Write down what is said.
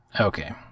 okay